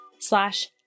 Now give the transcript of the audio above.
slash